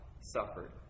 suffered